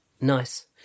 Nice